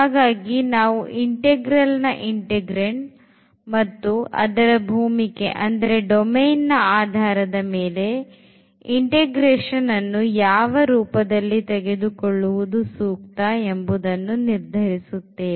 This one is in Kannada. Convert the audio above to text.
ಹಾಗಾಗಿ ನಾವು integral ನ integrand ಮತ್ತು ಅದರ ಭೂಮಿಕೆ ನ ಆಧಾರದ ಮೇಲೆ integration ಅನ್ನು ಯಾವ ರೂಪದಲ್ಲಿ ತೆಗೆದುಕೊಳ್ಳುವುದು ಉತ್ತಮ ಎಂಬುದನ್ನು ನಿರ್ಧರಿಸುತ್ತೇವೆ